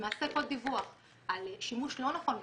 למעשה כל דיווח על שימוש לא נכון בתרופה,